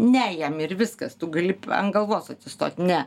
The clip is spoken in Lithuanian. ne jam ir viskas tu gali ant galvos atsistoti ne